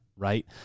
Right